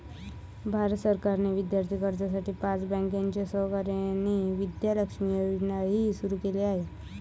भारत सरकारने विद्यार्थी कर्जासाठी पाच बँकांच्या सहकार्याने विद्या लक्ष्मी योजनाही सुरू केली आहे